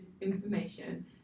information